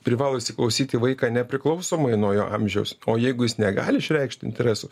privalo įsiklausyti į vaiką nepriklausomai nuo jo amžiaus o jeigu jis negali išreikšti interesų